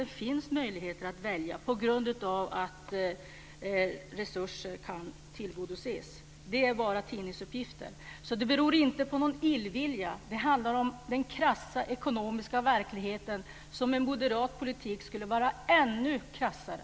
Det finns möjligheter att välja på grund av att resurser kan tillföras. Det är bara tidningsuppgifter. Så det beror inte på någon illvilja. Det handlar om den krassa ekonomiska verkligheten, som med moderat politik skulle vara ännu krassare.